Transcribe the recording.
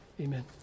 amen